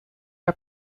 are